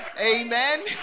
amen